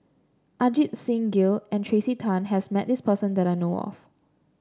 Ajit Singh Gill and Tracey Tan has met this person that I know of